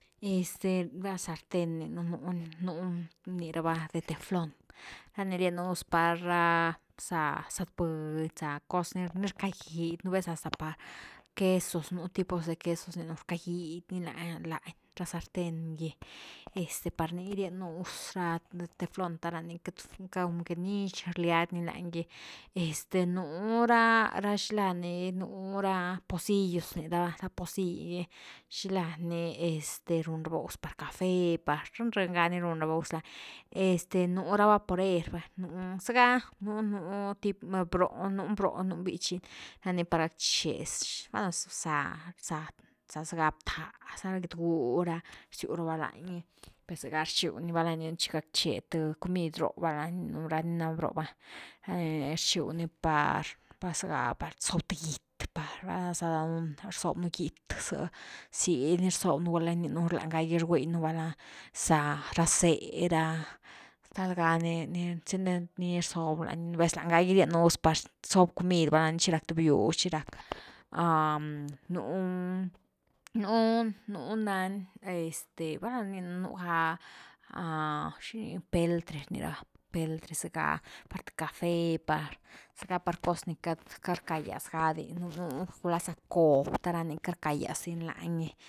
Este ra sarte rninu, nuni-nuni rni rava de teflón, ra ni rien nu gus par ra bza, zetbudy, za, ra cos ni rckagid, nu ves hasta par quesos, nú tipos de quesos rni nu rckagid ni lañ-lañ ra sarten gy, este par ni rienu gus ra teflón te rani queity, como que nix rliad ni lañ gy, este nu ra-ra xini la ni, nu ra posillos rni rava, porill’i gy xilani este run rava gus par café, par breni breni ga ni run rva gus lani, este nú ra vaporer va, zega nu-nu tipo, nuni broni, nuni bichy ni, ra ni par gackche valna za bza-bzá, zega btáh, ra getgúh ra rsiu ra’va lañgy, per zega rxiu ni valna chi gackche th comid roh, val narninu ni na bróh va rxiu ni par zega, zob th git par, val na za par danuun rzob nú git ze, sil ni rsob nú, gula gininu lañ gagi giguiynu val na za ra zé’h raztal ga ni chi ni nix rzob lañ gy, nú vez lañ gagy rien un gus par zob comid valna chi rack th bius chi rack, nú-nú ni este valna gininu nú ga ¿xini? Veltre rni rava, veltre zega par th café par zega par cos ni queity-queity rcagyas ga di, nú-nú, gula za cob the ni queity rcak gyas di ni lan’gy.